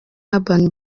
urban